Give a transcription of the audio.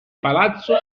palazzo